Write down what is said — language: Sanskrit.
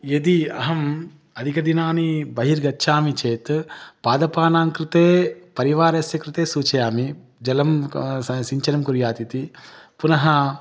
यदि अहम् अधिकदिनानि बहिर्गच्छामि चेत् पादपानां कृते परिवारस्य कृते सूचयामि जलं स सिञ्चनं कुर्यादिति पुनः